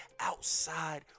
outside